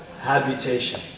habitation